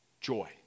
joy